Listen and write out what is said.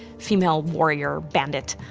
female warrior bandit,